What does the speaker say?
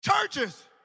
Churches